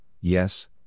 yes